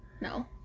No